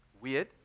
weird